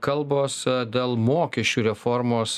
kalbos dėl mokesčių reformos